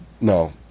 No